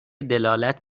دلالت